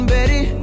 Betty